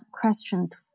questioned